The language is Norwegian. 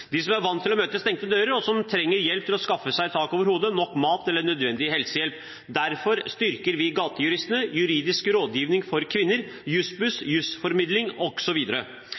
de slitne, de som er vant til å møte stengte dører, og som trenger hjelp til å skaffe seg tak over hodet, nok mat eller nødvendig helsehjelp. Derfor styrker vi Gatejuristen, Juridisk rådgivning for kvinner, Jussbuss, Jussformidlingen osv. Vi har også